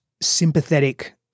sympathetic